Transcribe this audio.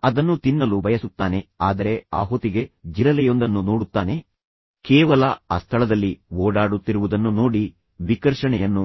ಅವನು ಅದನ್ನು ತಿನ್ನಲು ಬಯಸುತ್ತಾನೆ ಆದರೆ ಆ ಹೊತ್ತಿಗೆ ಅವನು ಜಿರಲೆಯೊಂದನ್ನು ನೋಡುತ್ತಾನೆ ಕೇವಲ ಆ ಸ್ಥಳದಲ್ಲಿ ಓಡಾಡುತ್ತಿರುವುದನ್ನು ನೋಡಿ ನಂತರ ಅವನು ವಿಕರ್ಷಣೆಯನ್ನು